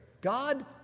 God